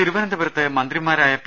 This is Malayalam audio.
തിരുവനന്തപുരത്ത് മന്ത്രിമാരായ പി